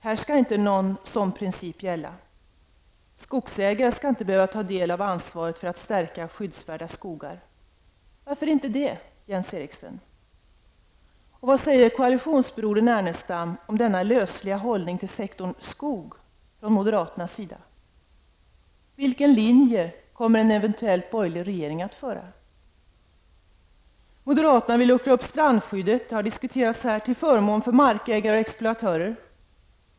Här skall inte någon PPP princip gälla. Skogsägare skall inte behöva ta sin del av ansvaret för att stärka skyddsvärda skogar. Varför inte det, Jens Eriksson? Och vad säger koalitionsbrodern Ernestam om denna lösliga hållning till sektorn skog från moderaternas sida? Vilken linje kommer en eventuell borgerlig regering att föra? Moderaterna vill luckra upp strandskyddet -- det har vi hört -- till förmån för markägare och exploatörer.